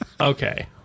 okay